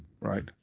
right